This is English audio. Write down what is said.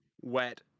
wet